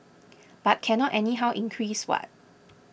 because cannot anyhow increase what